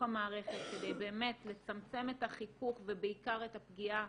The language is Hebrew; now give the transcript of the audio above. המערכת כדי לצמצם את החיכוך ובעיקר את הפגיעה